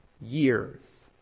years